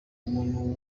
umuntu